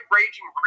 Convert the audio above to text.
Raging